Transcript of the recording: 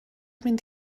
mynd